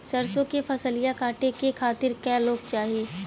सरसो के फसलिया कांटे खातिन क लोग चाहिए?